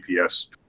GPS